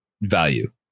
value